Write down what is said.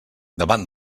davant